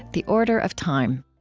the order of time